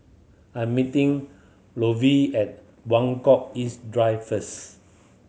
I'm meeting Lovey at Buangkok East Drive first